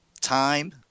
time